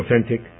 authentic